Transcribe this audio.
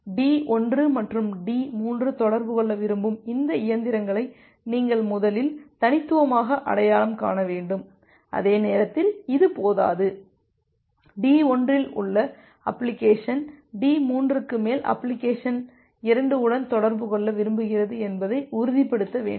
D1 மற்றும் D3 தொடர்பு கொள்ள விரும்பும் இந்த இயந்திரங்களை நீங்கள் முதலில் தனித்துவமாக அடையாளம் காண வேண்டும் அதே நேரத்தில் இது போதாது D1 இல் உள்ள அப்ளிகேஷன் D3 க்கு மேல் அப்ளிகேஷன் 2 உடன் தொடர்பு கொள்ள விரும்புகிறது என்பதை உறுதிப்படுத்த வேண்டும்